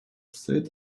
sit